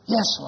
Yes